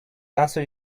answer